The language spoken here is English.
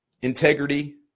integrity